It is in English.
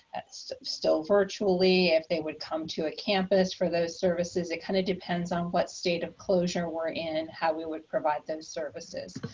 still still virtually, if they would come to a campus for those services. it kinda depends on what state of closure we're in, how we would provide those services.